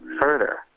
further